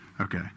Okay